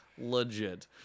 Legit